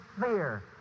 fear